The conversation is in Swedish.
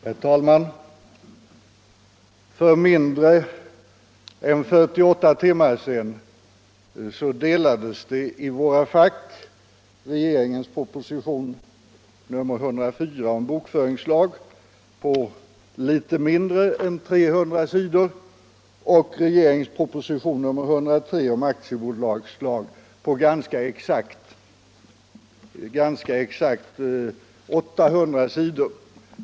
Herr talman! För mindre än 48 timmar sedan utdelades i våra fack regeringens proposition nr 104 om bokföringslag på litet mindre än 300 sidor och regeringens proposition nr 103 om aktiebolagslag på ganska exakt 800 sidor.